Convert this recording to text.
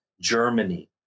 Germany